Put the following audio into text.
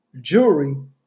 jewelry